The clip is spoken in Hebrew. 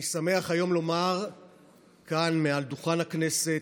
אני שמח היום לומר כאן, מעל דוכן הכנסת,